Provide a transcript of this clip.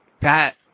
Pat